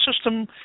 system